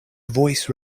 voice